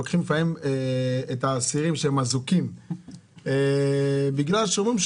לוקחים לפעמים את האסירים כשהם אזוקים בגלל שאומרים,